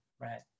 right